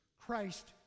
Christ